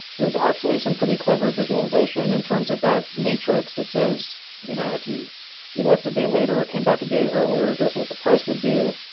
there's actually some pretty clever visualization in terms of that matrix that says you know if you you left a day later or came back a day earlier, here's what the price would do.